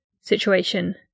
situation